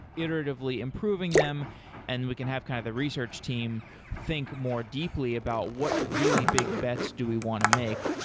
iteratively improving them and we can have kind of the research team think more deeply about what really big bets do we want to make.